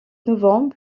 novembre